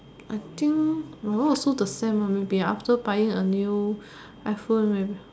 I think my one also the same uh maybe after buying a new iPhone maybe